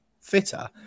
fitter